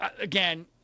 Again